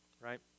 right